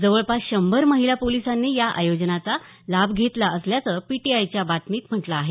जवळपास शंभर महिला पोलिसांनी या आयोजनाचा लाभ घेतल्याचं पीटीआयच्या बातमीत म्हटलं आहे